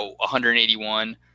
181